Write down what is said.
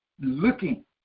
looking